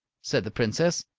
said the princess,